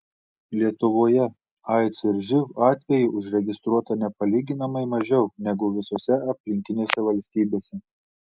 lietuvoje aids ir živ atvejų užregistruota nepalyginamai mažiau negu visose aplinkinėse valstybėse